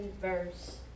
verse